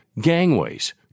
gangways